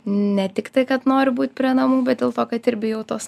ne tiktai kad noriu būt prie namų bet dėl to kad ir bijau tuos